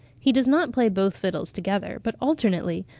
he does not play both fiddles together, but alternately,